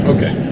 Okay